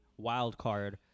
Wildcard